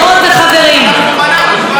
אנחנו מנענו דברים, תודה, יוסי.